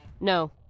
No